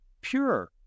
pure